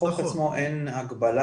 בחוק עצמו אין הגבלה